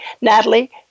Natalie